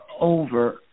over